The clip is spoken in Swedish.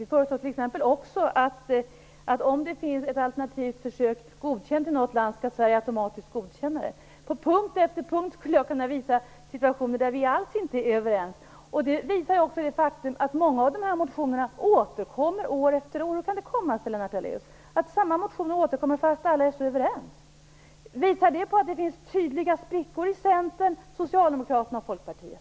Vi föreslår också att om ett alternativt försök är godkänt i ett land så skall Sverige automatiskt godkänna det. På punkt efter punkt skulle jag kunna visa att vi alls inte är överens. Det visar också det faktum att många av motionerna återkommer år efter år. Hur kan det komma sig, Lennart Daléus, att samma motioner återkommer när alla är så överens? Visar detta att det finns tydliga sprickor inom Centern, Socialdemokraterna och Folkpartiet?